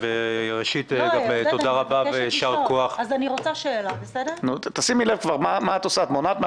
מוצא את עצמו עם